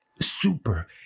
super